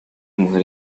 mujer